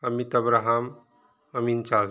Amit Abraham Amin Charles